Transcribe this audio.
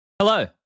Hello